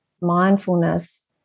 mindfulness